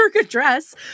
Address